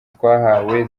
twahawe